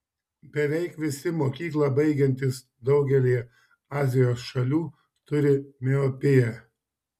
beveik visi mokyklą baigiantys daugelyje azijos šalių turi miopiją